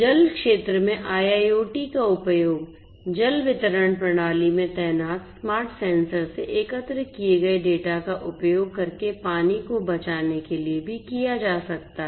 जल क्षेत्र में IIoT का उपयोग जल वितरण प्रणाली में तैनात स्मार्ट सेंसर से एकत्र किए गए डेटा का उपयोग करके पानी को बचाने के लिए भी किया जा सकता है